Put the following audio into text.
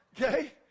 Okay